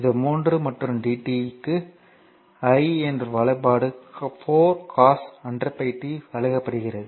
இது 3 மற்றும் dt di க்கு i இன் வெளிப்பாடு 4 cos 100πt வழங்கப்படுகிறது